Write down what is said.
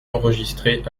enregistrée